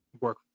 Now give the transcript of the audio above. work